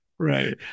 right